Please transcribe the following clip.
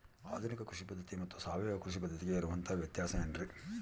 ಆಧುನಿಕ ಕೃಷಿ ಪದ್ಧತಿ ಮತ್ತು ಸಾವಯವ ಕೃಷಿ ಪದ್ಧತಿಗೆ ಇರುವಂತಂಹ ವ್ಯತ್ಯಾಸ ಏನ್ರಿ?